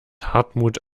hartmut